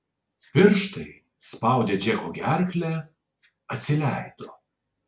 pirštai spaudę džeko gerklę atsileido